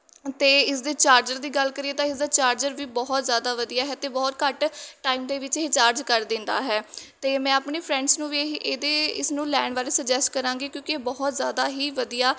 ਅਤੇ ਇਸਦੇ ਚਾਰਜਰ ਦੀ ਗੱਲ ਕਰੀਏ ਤਾਂ ਇਸਦਾ ਚਾਰਜਰ ਵੀ ਬਹੁਤ ਜ਼ਿਆਦਾ ਵਧੀਆ ਹੈ ਅਤੇ ਬਹੁਤ ਘੱਟ ਟਾਈਮ ਦੇ ਵਿੱਚ ਇਹ ਚਾਰਜ ਕਰ ਦਿੰਦਾ ਹੈ ਅਤੇ ਮੈਂ ਆਪਣੇ ਫਰੈਂਡਸ ਨੂੰ ਵੀ ਇਹ ਇਹਦੇ ਇਸ ਨੂੰ ਲੈਣ ਬਾਰੇ ਸਜੈਸਟ ਕਰਾਂਗੀ ਕਿਉਂਕਿ ਇਹ ਬਹੁਤ ਜ਼ਿਆਦਾ ਹੀ ਵਧੀਆ